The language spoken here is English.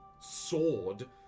sword